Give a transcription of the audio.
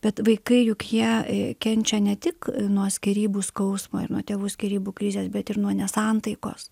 bet vaikai juk jie kenčia ne tik nuo skyrybų skausmo ir nuo tėvų skyrybų krizės bet ir nuo nesantaikos